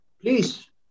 please